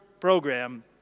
program